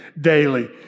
daily